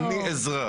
אני אזרח.